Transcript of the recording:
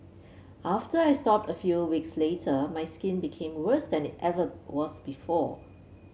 after I stopped a few weeks later my skin became worse than it ever was before